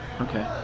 Okay